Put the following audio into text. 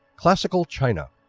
classical china